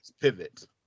Pivot